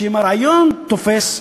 ואם הרעיון תופס,